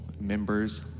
members